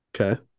Okay